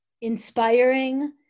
inspiring